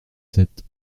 sept